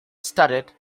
studded